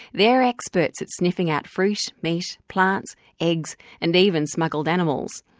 they're experts at sniffing out fruit, meat, plants, eggs and even smuggled animals.